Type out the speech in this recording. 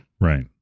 Right